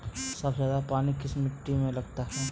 सबसे ज्यादा पानी किस मिट्टी में लगता है?